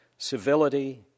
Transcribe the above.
Civility